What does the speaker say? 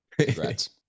Congrats